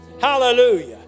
Hallelujah